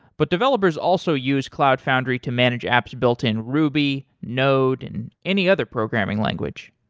but developers also use cloud foundry to manage apps built in ruby, node and any other programming language.